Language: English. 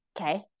Okay